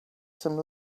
some